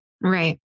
Right